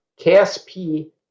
KSP